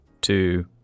two